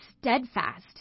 Steadfast